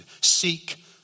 Seek